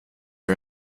are